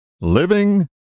Living